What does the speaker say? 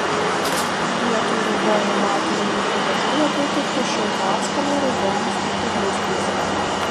vietoj raudonų matinių lūpų dažų labiau tiktų šilto atspalvio raudonas lūpų blizgis